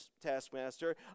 taskmaster